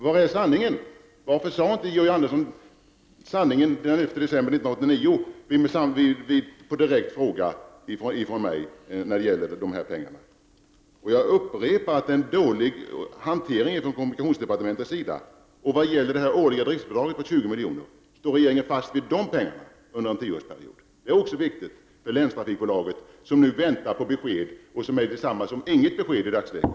Var är sanningen? Varför sade inte Georg Andersson sanningen när det gäller dessa pengar den 11 december 1989 på en direkt fråga från mig? Jag upprepar att det är en dålig hantering från kommunikationsdepartementets sida. Vad gäller det årliga driftsbidraget på 20 milj.kr. frågar jag: Står regeringen fast vid dessa pengar under en tioårsperiod? Det är också viktigt för länstrafikbolaget som nu väntar på besked. Detta verkar vara detsamma som inget besked i dagens läge.